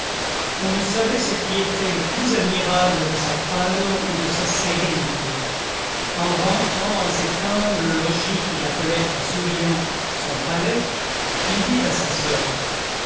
on ne savait ce qui était le plus admirable de sa pâleur ou de sa sérénité en rentrant à cet humble logis qu'il appelait en souriant son palais il dit à sa soeur